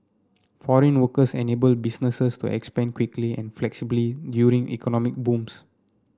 foreign workers enable businesses to expand quickly and flexibly during economic booms